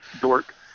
dork